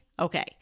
Okay